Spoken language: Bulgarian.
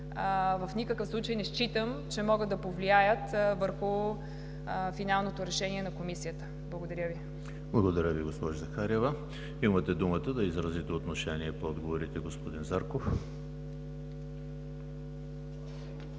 в никакъв случай не считам, че могат да повлияят върху финалното решение на Комисията. Благодаря Ви. ПРЕДСЕДАТЕЛ ЕМИЛ ХРИСТОВ: Благодаря Ви, госпожо Захариева. Имате думата да изразите отношение по отговорите, господин Зарков.